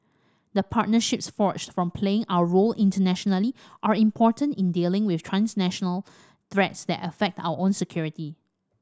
the partnerships forged from playing our role internationally are important in dealing with transnational threats that affect our own security